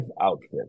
outfit